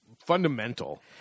fundamental